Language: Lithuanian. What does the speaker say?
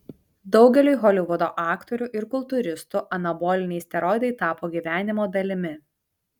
daugeliui holivudo aktorių ir kultūristų anaboliniai steroidai tapo gyvenimo dalimi